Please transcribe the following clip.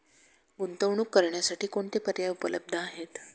गुंतवणूक करण्यासाठी कोणते पर्याय उपलब्ध आहेत?